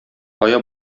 кая